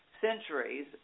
centuries